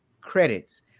credits